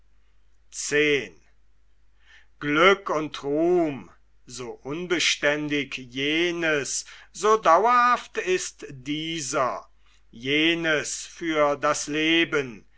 so unbeständig jenes so dauerhaft ist dieser jenes für das leben